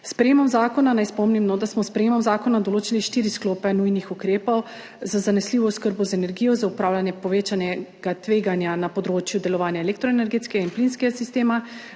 sprejetjem zakona določili štiri sklope nujnih ukrepov za zanesljivo oskrbo z energijo, za upravljanje povečanega tveganja na področju delovanja elektroenergetskega in plinskega sistema,